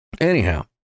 anyhow